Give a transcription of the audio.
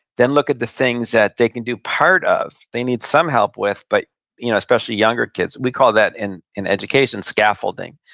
then look at the things that they can do part of, they need some help with, but you know especially younger kids. we call that in in education, scaffolding.